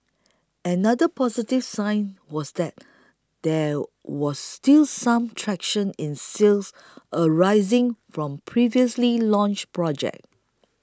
another positive sign was that there was still some traction in sales arising from previously launched projects